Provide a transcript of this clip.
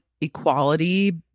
equality